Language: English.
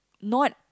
not